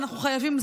אנחנו חייבים,